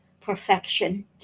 perfection